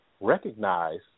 recognize